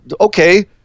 Okay